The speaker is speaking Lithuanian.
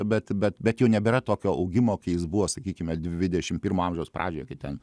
bet bet bet jau nebėra tokio augimo kai jis buvo sakykime dvidešim pirmo amžiaus pradžioj kai ten